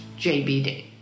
jbd